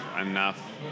enough